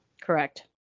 Correct